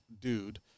dude